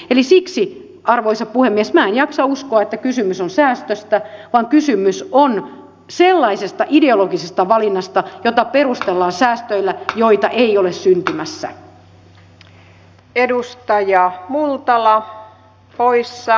eli siksi arvoisa puhemies minä en jaksa uskoa että kysymys on säästöstä vaan kysymys on sellaisesta ideologisesta valinnasta jota perustellaan säästöillä joita ei ole syntymässä